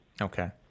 Okay